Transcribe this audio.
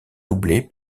doublée